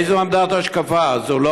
איזו עמדת השקפה זו,